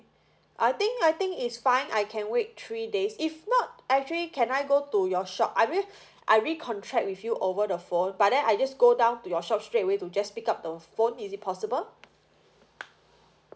I think I think it's fine I can wait three days if not actually can I go to your shop I mean I recontract with you over the phone but then I just go down to your shop straight away to just pick up the phone is it possible